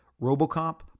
Robocop